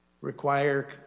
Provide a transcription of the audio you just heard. require